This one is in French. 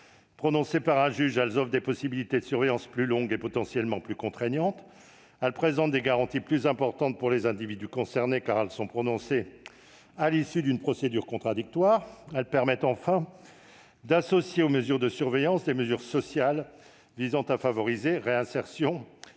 prononcées par un juge, elles offrent des possibilités de surveillance plus longue et potentiellement plus contraignante ; elles présentent des garanties plus importantes pour les individus concernés, car elles sont prononcées à l'issue d'une procédure contradictoire ; elles permettent, enfin, d'associer aux mesures de surveillance des mesures sociales visant à favoriser la réinsertion